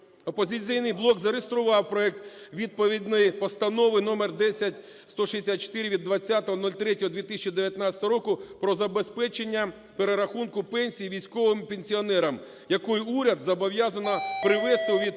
"Опозиційний блок" зареєстрував проект відповідної Постанови номер 10164 від 20.03.2019 року про забезпечення перерахунку пенсій військовим пенсіонерам, якою уряд зобов'язаний привести у відповідність